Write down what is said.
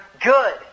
good